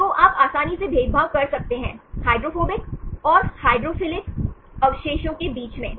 तो आप आसानी से भेदभाव कर सकते हैं हाइड्रोफोबिक और हाइड्रोफिलिक अवशेषों के बीच मैं